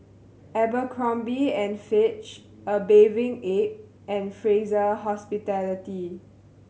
Abercrombie and Fitch A Bathing Ape and Fraser Hospitality